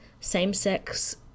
same-sex